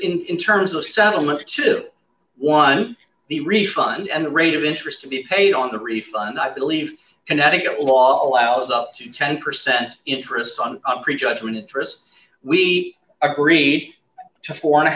basically in terms of settlement to the one the refund and the rate of interest to be paid on the refund i believe connecticut law allows up to ten percent interest on a prejudgment interest we agreed to four and a